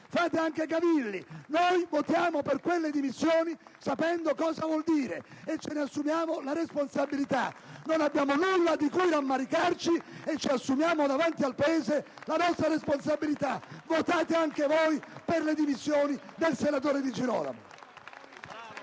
Fate anche cavilli: noi votiamo per le dimissioni sapendo cosa vuol dire e ce ne assumiamo la responsabilità. Non abbiamo nulla di cui rammaricarci e ci assumiamo davanti al Paese la nostra responsabilità. Votate anche voi per le dimissioni del senatore Di Girolamo!